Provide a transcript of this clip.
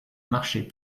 marchait